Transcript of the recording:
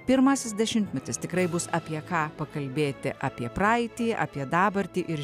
pirmasis dešimtmetis tikrai bus apie ką pakalbėti apie praeitį apie dabartį ir